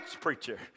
preacher